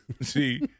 See